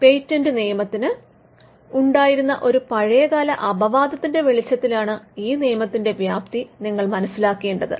patent നിയമത്തിന് ഉണ്ടായിരുന്ന ഒരു പഴയകാല അപവാദത്തിന്റെ വെളിച്ചത്തിലാണ് ഈ നിയമത്തിന്റെ വ്യാപ്തി നിങ്ങൾ മനസിലാക്കേണ്ടത്